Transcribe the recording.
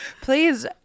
please